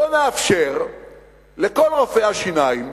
בואו נאפשר לכל רופאי השיניים